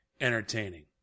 entertaining